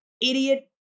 idiot